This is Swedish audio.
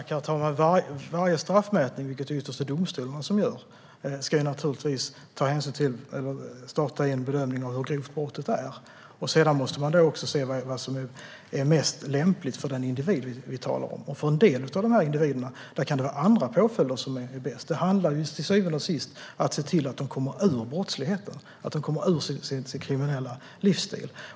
Herr talman! Varje straffmätning, och ytterst är det ju domstolarna som gör dem, ska naturligtvis ta hänsyn till hur grovt brottet är. Sedan måste man också se vad som är mest lämpligt för den individ som det handlar om. För en del av de här individerna kan andra påföljder vara bäst. Det handlar till syvende och sist om att se till att de kommer ur brottsligheten och sin kriminella livsstil.